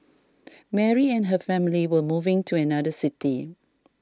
Mary and her family were moving to another city